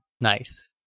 Nice